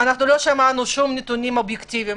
לא שמענו נתונים אובייקטיבים,